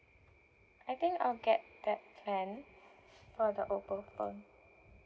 I think I'll get that plan for the Oppo phone